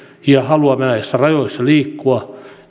ja haluamme näissä rajoissa liikkua